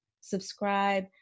subscribe